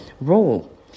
role